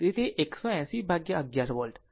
તેથી તે 180 11 વોલ્ટ